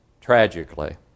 Tragically